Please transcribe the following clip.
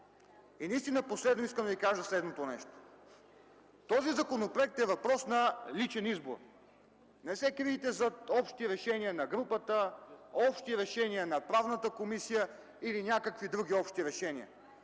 Наистина последно искам да Ви кажа следното нещо: този законопроект е въпрос на личен избор. Не се крийте зад общи решения на групата, общи решения на Правната комисия или някакви други общи решения,